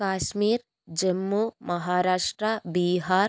Kashmir Jammu Maharashtra Bihar